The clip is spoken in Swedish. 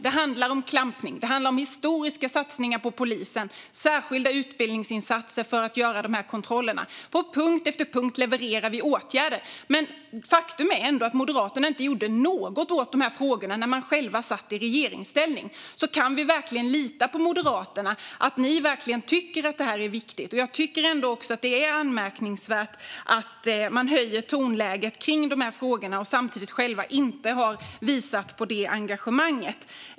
Det handlar om klampning, historiska satsningar på polisen och särskilda utbildningsinsatser för att göra de här kontrollerna - på punkt efter punkt levererar vi åtgärder. Faktum är att Moderaterna inte gjorde något åt de här frågorna när man själv satt i regeringsställning. Kan vi lita på att Moderaterna verkligen tycker att det här är viktigt? Jag tycker också att det är anmärkningsvärt att Moderaterna höjer tonläget rörande de här frågorna och samtidigt själva inte har visat det engagemanget.